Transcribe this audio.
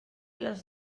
les